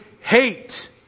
hate